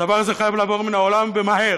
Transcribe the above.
הדבר הזה חייב לעבור מן העולם ומהר.